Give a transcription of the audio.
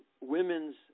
women's